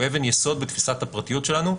והוא אבן יסוד בתפיסת הפרטיות שלנו,